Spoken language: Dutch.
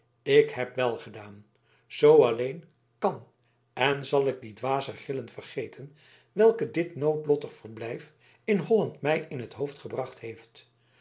ik heb wèl gedaan z alleen kan en zal ik die dwaze grillen vergeten welke dit noodlottig verblijf in holland mij in t hoofd gebracht heeft